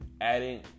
adding